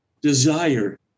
desire